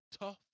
tough